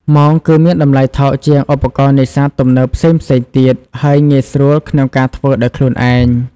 មងគឺមានតម្លៃថោកជាងឧបករណ៍នេសាទទំនើបផ្សេងៗទៀត ហើយងាយស្រួលក្នុងការធ្វើដោយខ្លួនឯង។